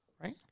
Right